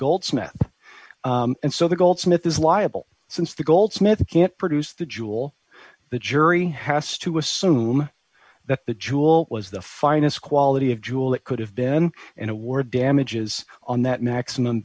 goldsmith and so the goldsmith is liable since the goldsmith can't produce the jewel the jury has to assume that the jewel was the finest quality of jewel it could have been an award damages on that maximum